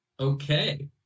Okay